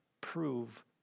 prove